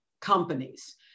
companies